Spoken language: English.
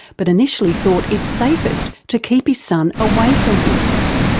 but initially thought it safest to keep his son away from horses.